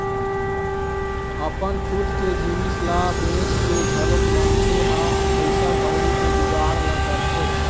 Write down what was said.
अपन खुद के जिनिस ल बेंच के घलोक मनखे ह पइसा कउड़ी के जुगाड़ ल करथे